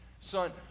son